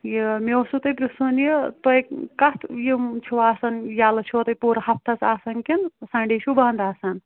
یہِ مےٚ اوسُے تۄہہِ پرٛژُھن یہِ تُہۍ کتھ یِم چھُ آسان یلہٕ چھُوا تُہۍ پوٗرٕ ہفتس آسان کِنہٕ سنٛڈے چھِو بنٛد آسان